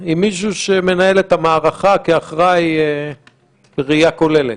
עם מישהו שמנהל את המערכה כאחראי בראייה כוללת.